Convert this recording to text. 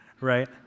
right